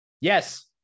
Yes